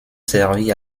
servi